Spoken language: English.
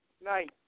Night